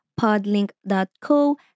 podlink.co